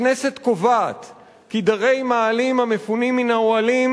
הכנסת קובעת כי דרי מאהלים המפונים מן האוהלים